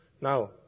Now